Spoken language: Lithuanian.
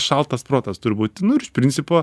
šaltas protas turi būt nu ir iš principo